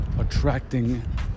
attracting